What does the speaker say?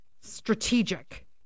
strategic